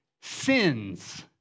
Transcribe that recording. sins